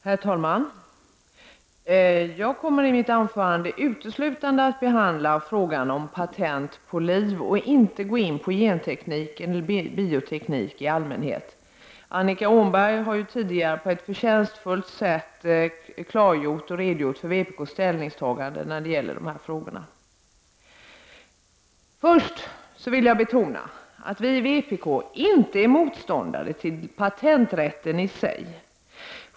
Herr talman! Jag kommer i mitt anförande att uteslutande behandla frågan om patent på liv och inte gå in på genteknik eller bioteknik i allmänhet. Annika Åhnberg har ju tidigare på ett förtjänstfullt sätt redogjort för vpk:s ställningstagande när det gäller detta. Först vill jag betona att vi i vpk inte är motståndare till patenträtten i sig.